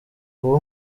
kuba